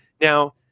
Now